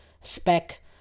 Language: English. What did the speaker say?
spec